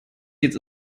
jetzt